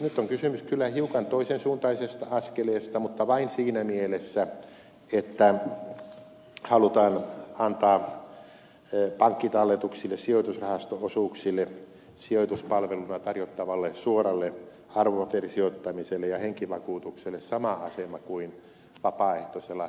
nyt on kysymys kyllä hiukan toisensuuntaisesta askeleesta mutta vain siinä mielessä että halutaan antaa pankkitalletuksille sijoitusrahasto osuuksille sijoituspalveluna tarjottavalle suoralle arvopaperisijoittamiselle ja henkivakuutukselle sama asema kuin vapaaehtoisella eläkevakuutuksella on